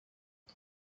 non